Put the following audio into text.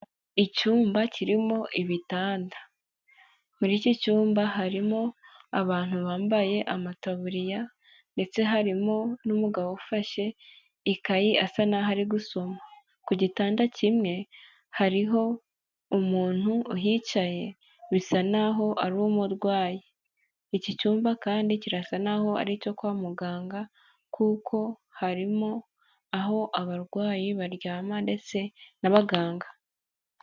Icyumba kirimo ibitanda, muri iki cyumba harimo abantu bambaye amataburiya ndetse harimo n'umugabo ufashe ikayi asa n'aho ari gusoma, ku gitanda kimwe hariho umuntu uhicaye bisa n'aho ari umurwayi, iki cyumba kandi kirasa n'aho ari icyo kwa muganga kuko harimo aho abarwayi baryama ndetse n'abaganga.